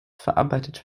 verarbeitet